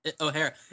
O'Hara